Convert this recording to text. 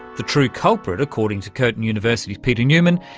the true culprit, according to curtin university's peter newman,